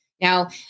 Now